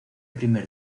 primer